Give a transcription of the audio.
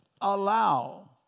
allow